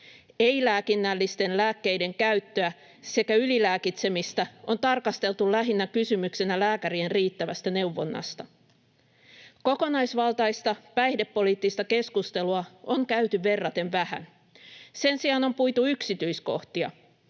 Ei-lääkinnällisten lääkkeiden käyttöä sekä ylilääkitsemistä on tarkasteltu lähinnä kysymyksenä lääkärien riittävästä neuvonnasta. Kokonaisvaltaista päihdepoliittista keskustelua on käyty verraten vähän. Sen sijaan on puitu yksityiskohtia: